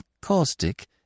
caustic